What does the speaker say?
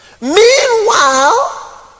Meanwhile